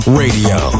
radio